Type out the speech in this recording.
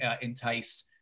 entice